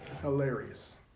Hilarious